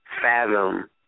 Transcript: fathom